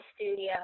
studio